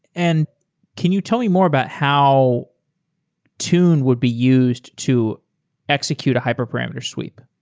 and can you tell me more about how tune would be used to execute a hyperparameter sweep?